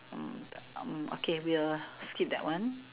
mm mm okay we will skip that one